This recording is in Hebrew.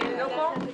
היא לא פה.